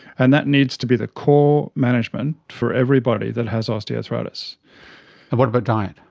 and that needs to be the core management for everybody that has osteoarthritis. and what about diet?